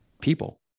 people